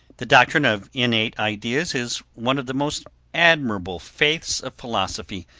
the doctrine of innate ideas is one of the most admirable faiths of philosophy,